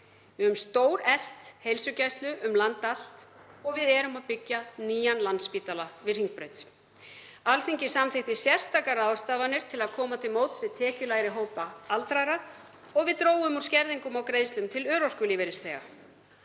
Við höfum stóreflt heilsugæslu um allt land og við erum að byggja nýjan Landspítala við Hringbraut. Alþingi samþykkti sérstakar ráðstafanir til að koma til móts við tekjulægri hópa aldraðra og við drógum úr skerðingum á greiðslum til örorkulífeyrisþega.